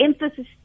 emphasis